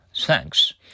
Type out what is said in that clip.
Thanks